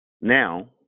now